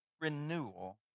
renewal